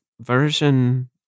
version